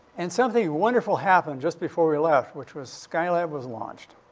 and something wonderful happened just before we left, which was skylab was launched.